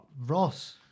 Ross